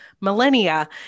millennia